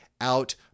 out